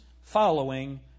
following